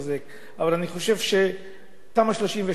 אבל אני חושב שתמ"א 38 גם